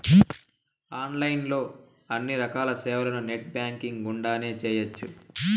online లో అన్ని రకాల సేవలను నెట్ బ్యాంకింగ్ గుండానే చేయ్యొచ్చు